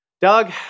Doug